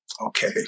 okay